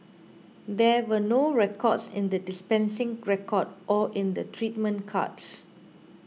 there were no records in the dispensing record or in the treatment cards